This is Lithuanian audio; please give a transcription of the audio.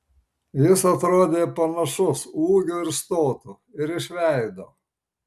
jis atrodė panašus ūgiu ir stotu ir iš veido